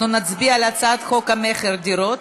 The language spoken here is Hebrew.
אנחנו נצביע על הצעת חוק המכר (דירות)